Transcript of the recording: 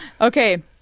okay